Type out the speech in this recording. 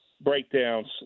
breakdowns